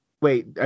wait